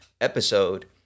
episode